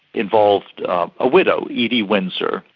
involved a widow, edie windsor,